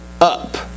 up